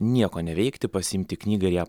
nieko neveikti pasiimti knygą ir ją